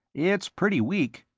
it's pretty weak.